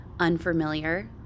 unfamiliar